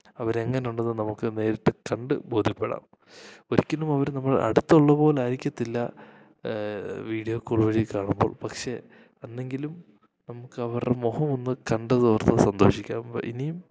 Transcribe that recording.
അവർ എങ്ങനെ ഉണ്ടെന്ന് നമുക്ക് നേരിട്ട് കണ്ട് ബോധ്യപ്പെടാം ഒരിക്കലും അവർ നമ്മുടെ അടുത്തുള്ള പോലെ ആയിരിക്കത്തില്ല വീഡ്യോ ക്കോള് വഴി കാണുമ്പോൾ പക്ഷേ അന്നെങ്കിലും നമുക്ക് അവരുടെ മുഖം ഒന്ന് കണ്ടത് ഓർത്ത് സന്തോഷിക്കാം ഇനീം